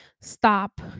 stop